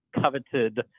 coveted